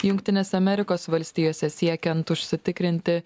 jungtinėse amerikos valstijose siekiant užsitikrinti